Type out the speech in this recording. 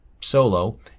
solo